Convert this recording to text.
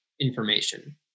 information